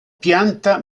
pianta